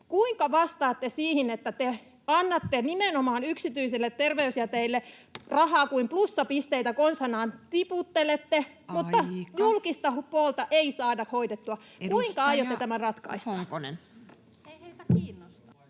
Kuinka vastaatte siihen, että te annatte nimenomaan yksityisille terveysjäteille rahaa, kuin plussapisteitä konsanaan tiputtelette, mutta julkista puolta ei saada hoidettua. [Puhemies: Aika!] Kuinka aiotte tämän ratkaista?